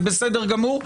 זה בסדר גמור.